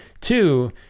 Two